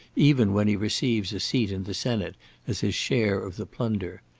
even when he receives a seat in the senate as his share of the plunder.